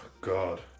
god